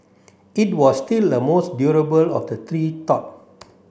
it was still the most durable of the three thought